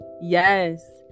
Yes